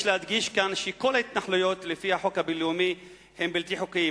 יש להדגיש כאן שכל ההתנחלויות לפי החוק הבין-לאומי הן בלתי חוקיות.